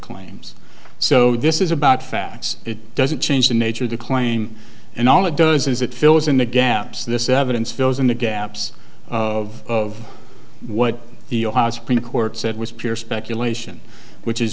claims so this is about facts it doesn't change the nature of the claim and all it does is it fills in the gaps this evidence fills in the gaps of what the supreme court said was pure speculation which is